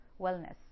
wellness